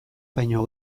baino